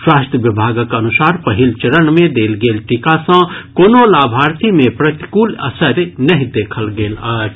स्वास्थ्य विभागक अनुसार पहिल चरण मे देल गेल टीका सँ कोनो लाभार्थी मे प्रतिकूल असरि नहि देखल गेल अछि